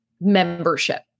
membership